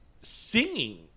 singing